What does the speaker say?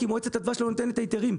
כי מועצת הדבש לא נותנת היתרים.